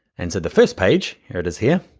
and so the first page, here it is, here,